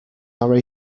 are